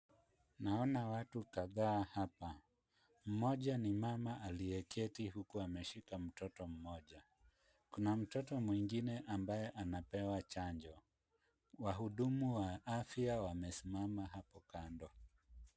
Naona watu kadhaa hapa. Mmoja ni mama aliyeketi huku ameshika mtoto mmoja. Kuna mtoto mwingine ambaye anapewa chanjo. Wahudumu wa afya wamesimama hapo kando.